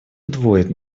удвоить